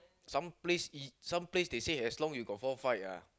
some place it some place they say as long you got four fight ah